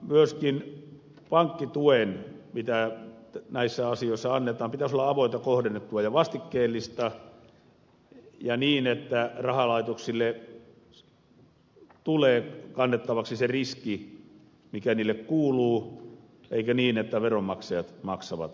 myöskin pankkituen mitä näissä asioissa annetaan pitäisi olla avointa kohdennettua ja vastikkeellista ja niin että rahalaitoksille tulee kannettavaksi se riski mikä niille kuuluu eikä niin että veronmaksajat maksavat laskun